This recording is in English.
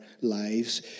lives